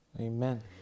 Amen